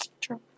True